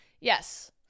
Yes